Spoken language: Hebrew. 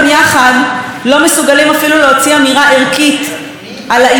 על העיוורון שמוביל אותנו לעוד מלחמת ברירה בעזה,